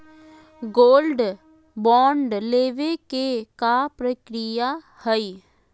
Gold bond लेवे के का प्रक्रिया हई?